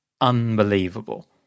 unbelievable